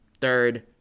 third